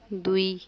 ଦୁଇ